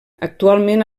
actualment